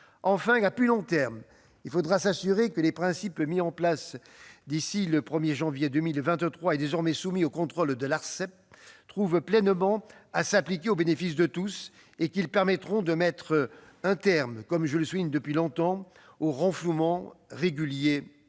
Enfin, à plus long terme, il faudra s'assurer que les principes mis en place d'ici au 1 janvier 2023, et désormais soumis au contrôle de l'Arcep, puissent pleinement s'appliquer au bénéfice de tous et qu'ils permettront de mettre un terme, comme je le souligne depuis longtemps, aux renflouements réguliers